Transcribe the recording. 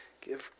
give